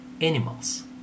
animals